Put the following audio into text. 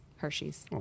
Hershey's